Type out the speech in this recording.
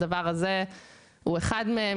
הדבר הזה הוא אחד מהם.